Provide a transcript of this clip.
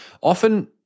often